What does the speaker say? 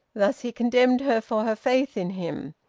thus he condemned her for her faith in him.